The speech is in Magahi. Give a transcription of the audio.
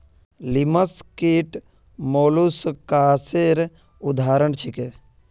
लिमस कीट मौलुसकासेर उदाहरण छीके